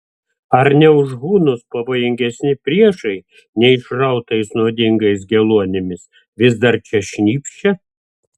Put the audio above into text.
ar ne už hunus pavojingesni priešai neišrautais nuodingais geluonimis vis dar čia šnypščia